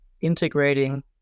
integrating